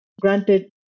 Granted